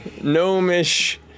gnomish